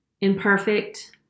Imperfect